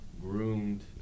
groomed